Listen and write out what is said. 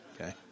okay